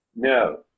No